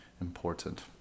important